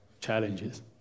Challenges